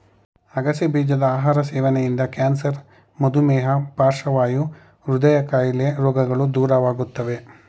ಅಗಸೆ ಬೀಜದ ಆಹಾರ ಸೇವನೆಯಿಂದ ಕ್ಯಾನ್ಸರ್, ಮಧುಮೇಹ, ಪಾರ್ಶ್ವವಾಯು, ಹೃದಯ ಕಾಯಿಲೆ ರೋಗಗಳು ದೂರವಾಗುತ್ತವೆ